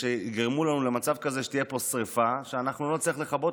שיגרמו לנו למצב כזה שתהיה פה שרפה שאנחנו לא נצליח לכבות,